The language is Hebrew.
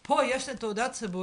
פה יש לה תעודת ציבורית,